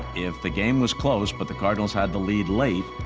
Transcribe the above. if the game was close but the cardinals had the lead late,